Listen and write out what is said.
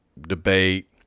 debate